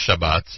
Shabbat